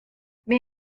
may